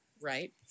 right